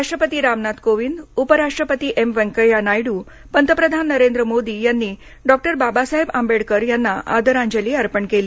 राष्ट्रपती रामनाथ कोविंद उपराष्ट्रपती एम व्यंकय्या नायडू पंतप्रधान नरेंद्र मोदी यांनी डॉक्टर बाबासाहेब आंबेडकरांना आदरांजली अर्पण केली